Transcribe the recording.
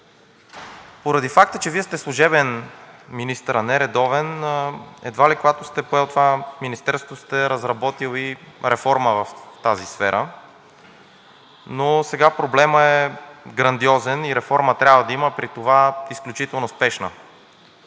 Поради факта, че Вие сте служебен министър, а не редовен, едва ли, когато сте поели това Министерство, сте разработили и реформа в тази сфера. Но сега проблемът е грандиозен и реформа трябва да има, при това изключително спешна.